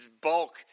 bulk